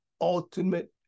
ultimate